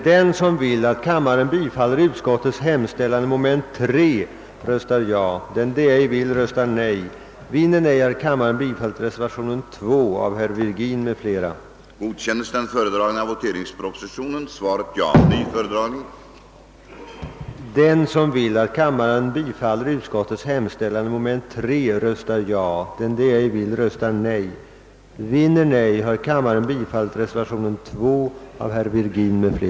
den det ej vill röstar nej. den det ej vill röstar nej. den det ej vill röstar nej. den det ej vill röstar nej. den det ej vill röstar nej. den det ej vill röstar nej. den det ej vill röstar nej. den det ej vill röstar nej. den det ej vill röstar nej. den det ej vill röstar nej.